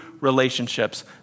relationships